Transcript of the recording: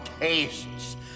tastes